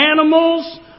animals